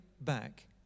back